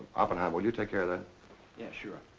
oppenheimer, will you take care of that? yeah, sure.